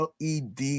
LED